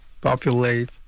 populate